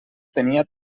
tenia